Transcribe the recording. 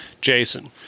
Jason